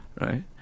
Right